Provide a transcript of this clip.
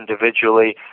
individually